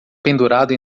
pendurado